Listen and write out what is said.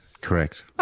Correct